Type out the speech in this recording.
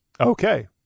Okay